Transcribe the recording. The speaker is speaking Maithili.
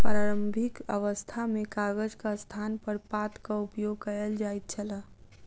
प्रारंभिक अवस्था मे कागजक स्थानपर पातक उपयोग कयल जाइत छल